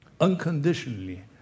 Unconditionally